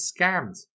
scammed